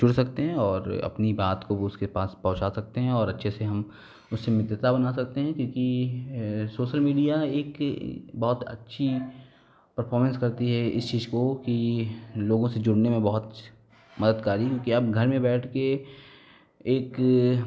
जुड़ सकते हैं और अपनी बात को वो उसके पास पहुँचा सकते हैं और अच्छे से हम उससे मित्रता बना सकते हैं क्योंकि सोसल मीडिया एक बहुत अच्छी परफ़ोर्मेंस करती है इस चीज को कि लोगों से जुड़ने में बहुत मददकारी हैं कि आप घर में बैठ के एक